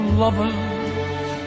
lovers